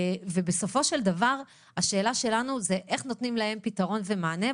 בסופו של דבר השאלה שלנו היא איך נותנים להם פתרון ומענה?